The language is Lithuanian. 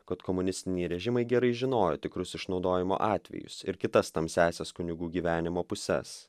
kad komunistiniai režimai gerai žinojo tikrus išnaudojimo atvejus ir kitas tamsiąsias kunigų gyvenimo puses